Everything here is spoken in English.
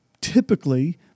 typically